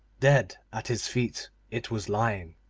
dead at his feet it was lying.